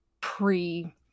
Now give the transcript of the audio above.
pre